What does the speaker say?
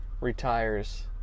Retires